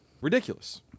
Ridiculous